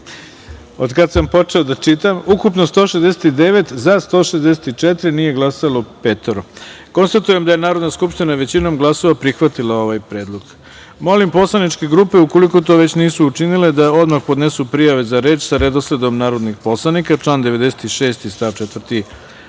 glasanje: ukupno – 169, za – 164, nije glasalo – petoro. Konstatujem da je Narodna skupština većinom glasova prihvatila Predlog. Molim poslaničke grupe, ukoliko to već nisu učinile da odmah podnesu prijave za reč sa redosledom narodnih poslanika, član 96. stav 4.